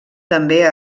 també